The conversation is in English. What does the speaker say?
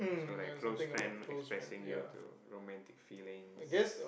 so like close friend expressing you to romantic feelings